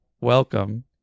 welcome